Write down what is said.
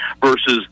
versus